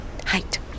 height